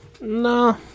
no